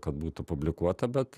kad būtų publikuota bet